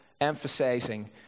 emphasizing